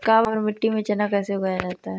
काबर मिट्टी में चना कैसे उगाया जाता है?